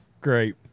Great